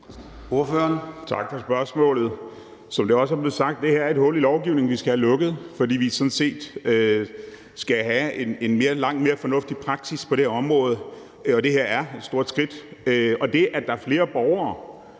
Tak for spørgsmålet. Som det også er blevet sagt, er det her et hul i lovgivningen, vi skal have lukket, fordi vi sådan set skal have en langt mere fornuftig praksis på det her område, og det her er et stort skridt. Det, at der er flere borgere,